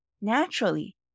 naturally